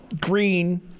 green